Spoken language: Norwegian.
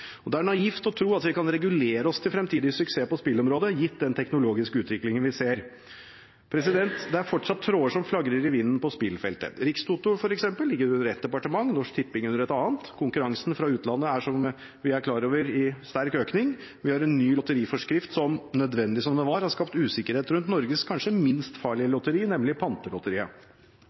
Det er naivt å tro at vi kan regulere oss til fremtidig suksess på spillområdet, gitt den teknologiske utviklingen vi ser. Det er fortsatt en del tråder som flagrer i vinden på spillfeltet. Rikstoto f.eks. ligger under et departement, Norsk Tipping under et annet. Konkurransen fra utlandet er – som vi er klar over – i sterk økning. Vi har en ny lotteriforskrift som, nødvendig som den var, har skapt usikkerhet rundt Norges kanskje minst farlige